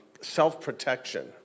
self-protection